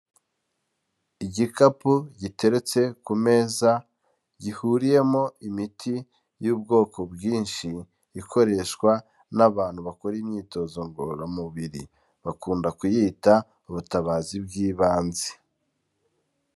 Igikapu giteretse ku meza, gihuriyemo imiti y'ubwoko bwinshi, ikoreshwa n'abantu bakora imyitozo ngororamubiri, bakunda kuyita ubutabazi bw'ibanze.